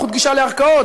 זכות גישה לערכאות,